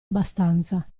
abbastanza